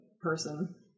person